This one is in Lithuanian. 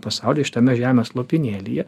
pasaulyj šitame žemės lopinėlyje